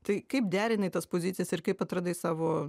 tai kaip derinai tas pozicijas ir kaip atradai savo